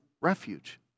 refuge